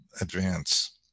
advance